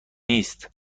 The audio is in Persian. نیست